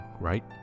right